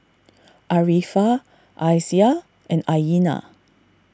Arifa Aisyah and Aina